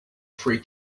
free